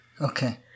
Okay